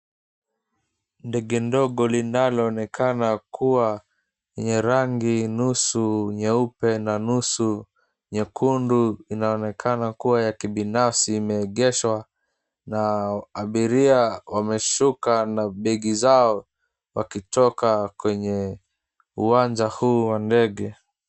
Ndege ndogo linaloonekana kuwa yenye rangi nusu nyeupe na nusu nyekundu inaonekana kuwa ya kibinafsi, imeegeshwa na abiria wameshuka na begi zao wakitoka kwenye uwanja huu wa ndege.